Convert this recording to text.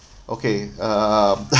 okay uh